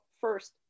first